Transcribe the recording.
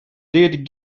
did